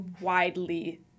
widely